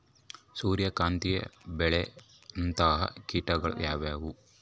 ಸೂರ್ಯಕಾಂತಿಗೆ ಬೇಳುವಂತಹ ಕೇಟಗಳು ಯಾವ್ಯಾವು?